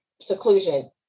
seclusion